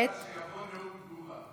אני מודיע לך שיבוא נאום תגובה.